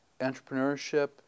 Entrepreneurship